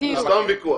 זה סתם ויכוח,